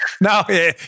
No